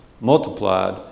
multiplied